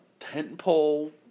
tentpole